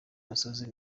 musozi